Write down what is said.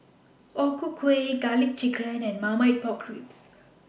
O Ku Kueh Garlic Chicken and Marmite Pork Ribs